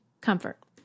comfort